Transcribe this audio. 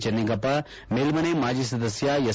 ಚೆನ್ನಿಗಪ್ಪ ಮೇಲ್ಮನೆ ಮಾಜಿ ಸದಸ್ಯ ಎಸ್